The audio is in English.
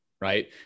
right